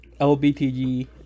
LBTG